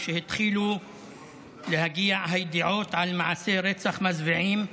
כשהתחילו להגיע הידיעות על מעשי רצח מזוויעים מהדרום,